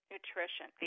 Nutrition